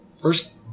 first